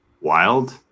wild